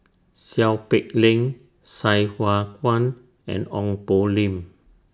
Seow Peck Leng Sai Hua Kuan and Ong Poh Lim